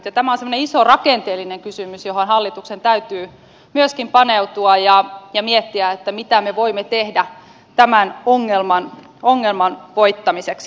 ja tämä on semmoinen iso rakenteellinen kysymys johon hallituksen täytyy myöskin paneutua ja miettiä mitä me voimme tehdä tämän ongelman voittamiseksi